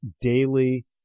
daily